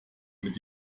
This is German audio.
mit